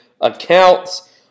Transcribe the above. accounts